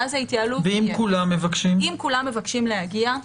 ואז ההתייעלות - אם כולם מבקשים להגיע,